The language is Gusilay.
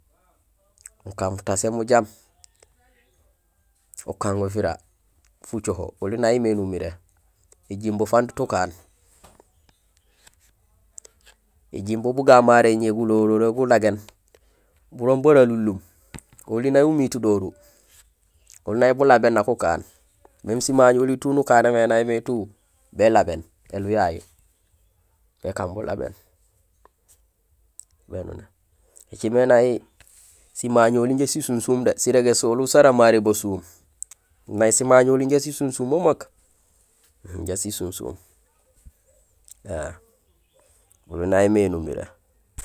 Ukaan mutaséén mujaam, ukaan gufira; fucoho, oli nay mé numiré. Ējumbo fang déét ukaan, éjumbo buga maré gulohuloré gulagéén burong bara alunlum. Oli nay umiit doru. Oli nay bulabéén nak ukaan. Même simaño oli tout nukanémé nay mé tout bélabéén alihu yayu, békaan bulabéén. Ēcimé nay simaño oli jaa sisunsuum dé, sirégé soluul sara maré basuum, nay simaño oli jaa sisunsuum memeek. Inja sisunsuum, één oli nay mé numiré